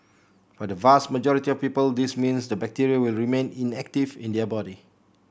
for the vast majority of people this means the bacteria will remain inactive in their body